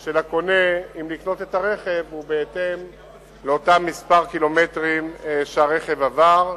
של הקונה אם לקנות את הרכב הוא מספר הקילומטרים שהרכב עבר.